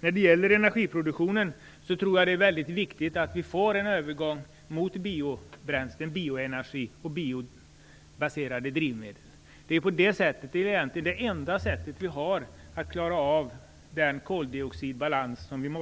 När det gäller energiproduktionen, tror jag att det är väldigt viktigt att vi får en övergång till biobränslen, bioenergi och biobaserade drivmedel. Det är egentligen det enda sättet att klara av koldioxidbalansen.